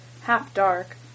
half-dark